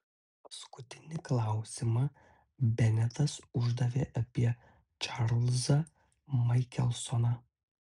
paskutinį klausimą benetas uždavė apie čarlzą maikelsoną